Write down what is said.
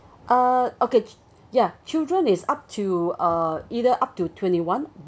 uh okay ya children is up to uh either up to twenty one